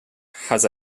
has